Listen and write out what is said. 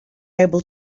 able